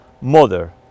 Mother